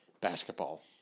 basketball